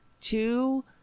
two